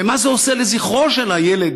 ומה זה עושה לזכרו של הילד,